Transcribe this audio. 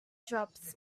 drops